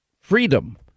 freedom